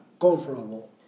comfortable